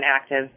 active